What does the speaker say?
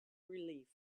relief